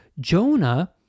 Jonah